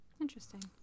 interesting